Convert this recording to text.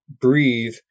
breathe